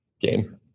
game